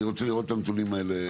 אני רוצה לראות את הנתונים האלה.